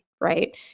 Right